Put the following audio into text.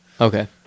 Okay